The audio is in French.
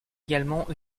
également